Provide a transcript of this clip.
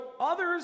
others